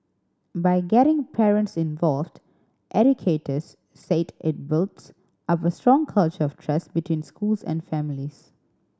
by getting parents involved educators said it builds up a strong culture of trust between schools and families